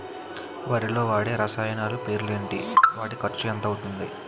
వరిలో వాడే రసాయనాలు పేర్లు ఏంటి? వాటి ఖర్చు ఎంత అవతుంది?